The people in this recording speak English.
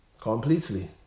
Completely